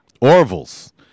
Orville's